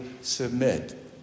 submit